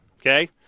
Okay